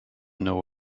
know